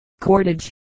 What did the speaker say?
cordage